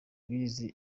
bize